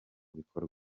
bikorwa